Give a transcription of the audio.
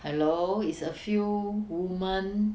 hello it's a few women